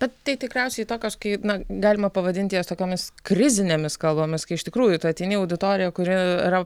bet tai tikriausiai tokios kai na galima pavadinti jas tokiomis krizinėmis kalbomis kai iš tikrųjų tu ateini į auditoriją kuri yra